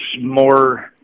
more